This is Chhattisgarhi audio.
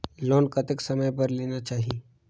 लोन कतेक समय बर लेना चाही?